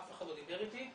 אף אחד לא דיבר איתי,